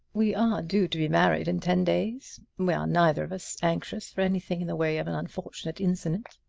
we are due to be married in ten days. we are neither of us anxious for anything in the way of an unfortunate incident.